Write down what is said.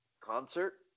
concert